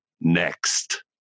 next